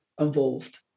involved